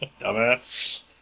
Dumbass